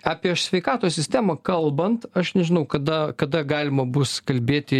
apie sveikatos sistemą kalbant aš nežinau kada kada galima bus kalbėti